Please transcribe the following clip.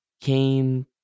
came